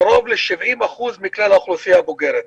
קרוב ל-70 אחוזים מכלל האוכלוסייה הבוגרת,